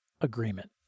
agreement